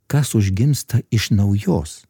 kas užgimsta iš naujos